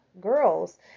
girls